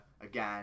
again